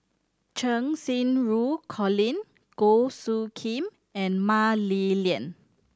Cheng Xinru Colin Goh Soo Khim and Mah Li Lian